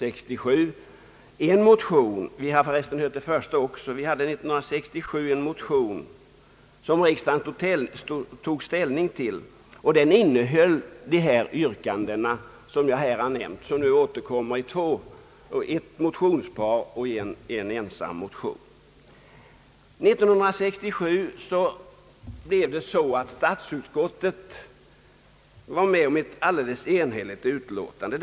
1967 tog riksdagen ställning till en motion som innehöll de yrkanden vilka nu återkommer i det nämnda motionsparet och motionen. 1967 fanns ingen reservation, utan statsutskottet avgav ett enhälligt utlåtande.